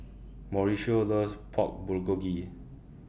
Mauricio loves Pork Bulgogi